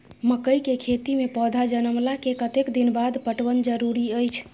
मकई के खेती मे पौधा जनमला के कतेक दिन बाद पटवन जरूरी अछि?